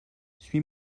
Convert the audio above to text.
suis